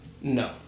no